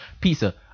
Pizza